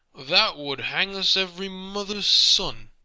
that would hang us, every mother's son.